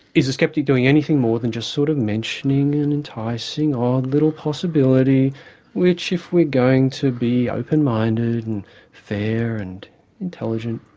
is the sceptic doing anything more than just sort of mentioning mentioning an enticing odd little possibility which if we're going to be open-minded and fair and intelligent,